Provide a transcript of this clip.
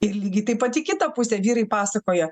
ir lygiai taip pat į kitą pusę vyrai pasakoja